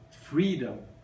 freedom